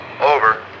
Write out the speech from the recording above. Over